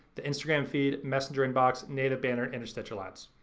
the instagram feed, messenger inbox, native, banner, interstitial ads.